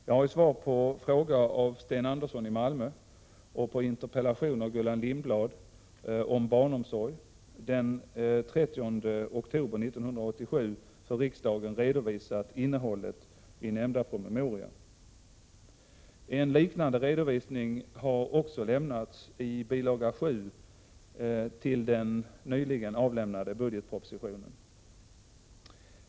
Jag har i svar på fråga av Sten Andersson i Malmö och på interpellation av Gullan Lindblad om barnomsorg den 30 oktober 1987 för riksdagen redovisat innehållet i nämnda promemoria. En liknande redovisning har också lämnats i bil. 7 till den nyligen avlämnade budgetpropositionen.